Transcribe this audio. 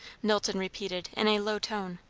knowlton repeated in a low tone.